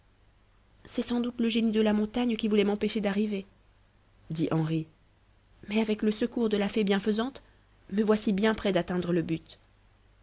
c'est sans doute le génie de la montagne qui voulait m'empêcher d'arriver dit henri mais avec le secours de la fée bienfaisante me voici bien près d'atteindre le but